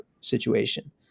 situation